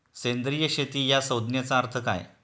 सेंद्रिय शेती या संज्ञेचा अर्थ काय?